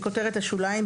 (א)בכותרת השוליים,